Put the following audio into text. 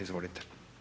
Izvolite.